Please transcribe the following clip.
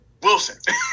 Wilson